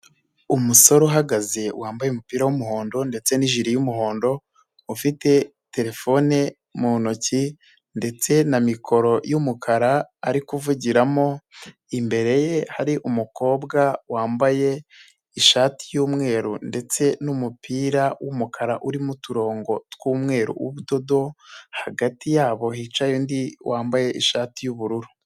Umusore uhagaze wambaye umupira w'umuhondo ndetse n'ijire y'umuhondo, ufite terefone mu ntoki ndetse na mikoro y'umukara ari kuvugiramo, imbere ye hari umukobwa wambaye ishati y'umweru ndetse n'umupira w'umukara urimo uturongo tw'umweru w'ubudodo, hagati yabo hicaye undi wambaye ishati y'ubururu.